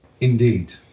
Indeed